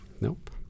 Nope